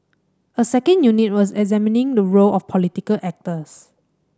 a second unit was examining the role of political actors